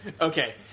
Okay